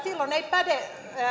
silloin ei päde